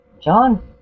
John